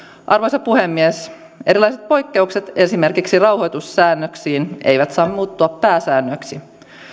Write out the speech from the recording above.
arvoisa puhemies erilaiset poikkeukset esimerkiksi rauhoitussäännöksiin eivät saa muuttua pääsäännöiksi